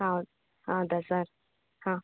how ಹೌದಾ sir ಹಾಂ